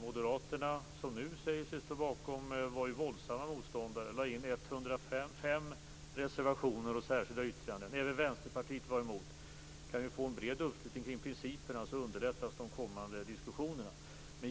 Moderaterna, som nu säger sig stå bakom den, var våldsamma motståndare och lade in 105 reservationer och särskilda yttranden. Även Vänsterpartiet var emot den. Men kan vi få en bred uppslutning kring principerna underlättas de kommande diskussionerna.